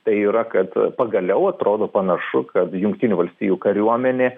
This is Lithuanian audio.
tai yra kad pagaliau atrodo panašu kad jungtinių valstijų kariuomenė